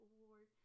Award